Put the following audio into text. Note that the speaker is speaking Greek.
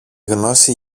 γνώση